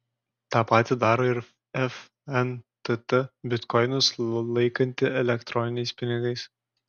tą patį daro ir fntt bitkoinus laikanti elektroniniais pinigais